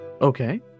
Okay